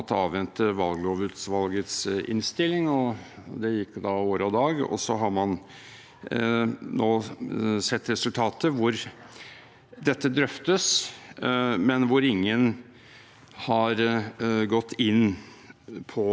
dette drøftes, men hvor ingen har gått inn på de tankene. Så får man se litt på